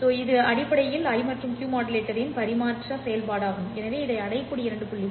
எனவே இது அடிப்படையில் I மற்றும் Q மாடுலேட்டரின் பரிமாற்ற செயல்பாடு ஆகும் எனவே இவை அடையக்கூடிய இரண்டு புள்ளிகள்